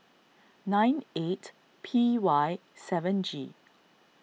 nine eight P Y seven G